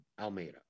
Almeida